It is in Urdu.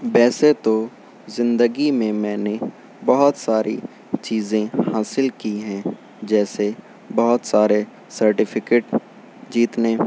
ویسے تو زندگی میں میں نے بہت ساری چیزیں حاصل کی ہیں جیسے بہت سارے سرٹیفیکٹ جیتنے